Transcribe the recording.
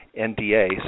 NDA